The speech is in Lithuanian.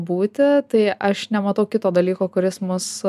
būti tai aš nematau kito dalyko kuris mus